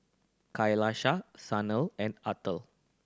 Kailash Sanal and Atal